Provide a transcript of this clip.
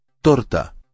Torta